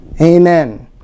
Amen